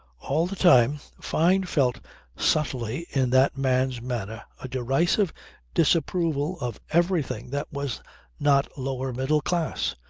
all the time fyne felt subtly in that man's manner a derisive disapproval of everything that was not lower middle class,